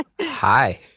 Hi